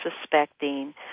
suspecting